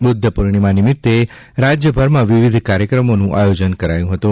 બુધ્ધ પૂર્ણિમા નિમિત્તે રાજ્યભરમાં વિવિધ કાર્યક્રમોનું આયોજન કરાયું હતું